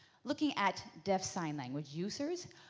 looking at deaf sign language users,